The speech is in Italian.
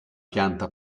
pianta